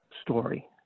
story